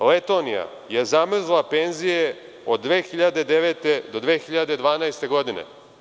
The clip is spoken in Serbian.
Letonija je zamrzla penzije od 2009. do 2012. godine.